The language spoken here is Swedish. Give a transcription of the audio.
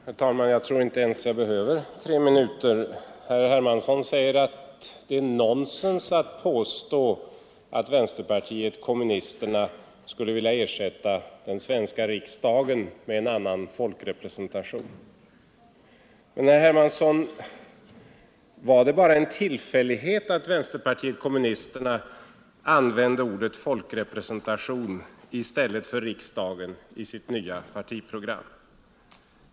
Herr talman! Jag tror inte ens jag behöver tre minuter. Herr Hermansson säger att det är nonsens att påstå att vänsterpartiet kommunisterna skulle vilja ersätta den svenska riksdagen med en annan folkrepresentation. Men, herr Hermansson, var det bara en tillfällighet att vänsterpartiet kommunisterna använde ordet folkrepresentation i stället för riksdag i sitt nya partiprogram?